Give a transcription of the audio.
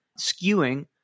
skewing